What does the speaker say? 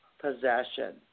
possession